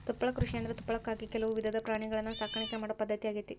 ತುಪ್ಪಳ ಕೃಷಿಯಂದ್ರ ತುಪ್ಪಳಕ್ಕಾಗಿ ಕೆಲವು ವಿಧದ ಪ್ರಾಣಿಗಳನ್ನ ಸಾಕಾಣಿಕೆ ಮಾಡೋ ಪದ್ಧತಿ ಆಗೇತಿ